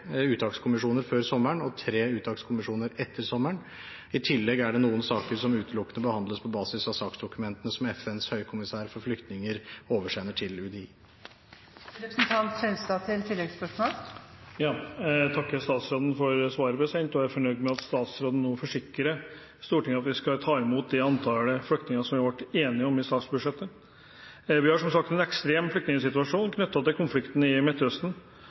uttakskommisjoner før sommeren og tre uttakskommisjoner etter sommeren. I tillegg er det noen saker som utelukkende behandles på basis av saksdokumentene som FNs høykommissær for flyktninger oversender til UDI. Jeg takker statsråden for svaret, og jeg er fornøyd med at statsråden nå forsikrer Stortinget om at vi skal ta imot det antallet flyktninger som vi ble enige om i statsbudsjettet. Vi har som sagt en ekstrem flyktningsituasjon knyttet til konflikten i Midtøsten,